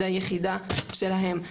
זה היחידה שלהם,